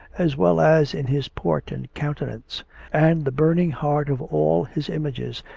as well as in his port and countenance and the burning heart of all his images,